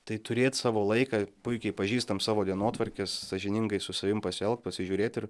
tai turėt savo laiką puikiai pažįstam savo dienotvarkes sąžiningai su savim pasielgt pasižiūrėt ir